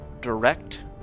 direct